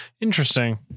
interesting